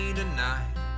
tonight